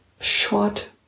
short